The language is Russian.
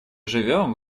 живем